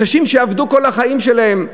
אנשים שעבדו כל החיים שלהם,